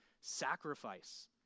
sacrifice